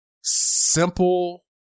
simple